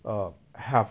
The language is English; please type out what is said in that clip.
uh have